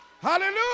Hallelujah